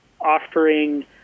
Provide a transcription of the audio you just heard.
offering